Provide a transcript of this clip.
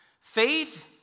Faith